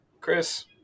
Chris